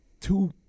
two